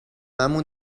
مون